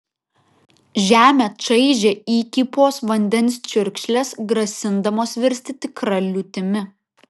žemę čaižė įkypos vandens čiurkšlės grasindamos virsti tikra liūtimi